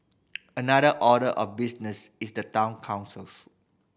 another order of business is the town councils